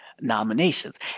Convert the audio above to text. nominations